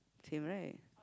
same right